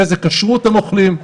באיזה כשרות הם אוכלים,